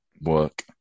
work